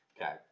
Okay